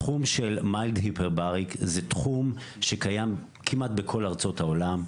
תחום של Mild hyperbaric זה תחום שקיים כמעט בכל ארצות העולם.